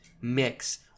mix